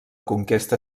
conquesta